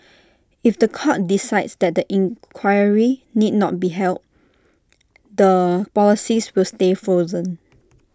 if The Court decides that the inquiry need not be held the policies will stay frozen